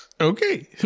Okay